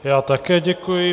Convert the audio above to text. Já také děkuji.